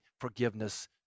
forgiveness